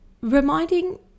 reminding